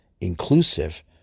inclusive